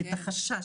את החשש,